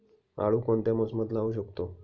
आळू कोणत्या मोसमात लावू शकतो?